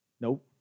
Nope